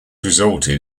resulted